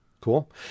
Cool